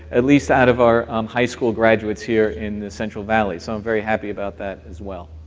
at least out of our high school graduates here in the central valley. so i'm very happy about that, as well.